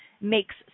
makes